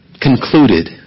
concluded